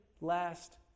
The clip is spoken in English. last